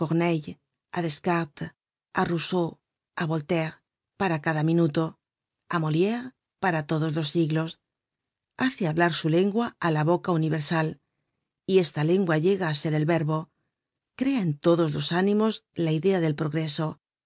á rousseau á voltaire para cada minuto á moliere para todos los siglos hace hablar su lengua á la boca universal y esta lengua llega á ser el verbo crea en todos los ánimos la idea del progreso